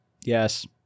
Yes